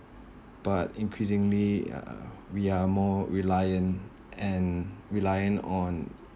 but increasingly uh we are more relying and relying on